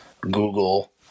Google